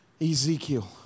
Ezekiel